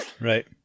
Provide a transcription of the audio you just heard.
Right